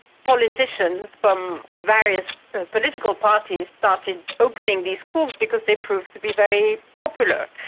politicians from various political parties started opening these schools, because they proved to be very popular.